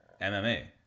MMA